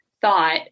thought